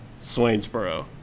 Swainsboro